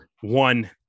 One